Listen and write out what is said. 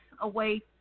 away